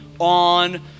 on